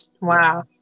wow